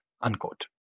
unquote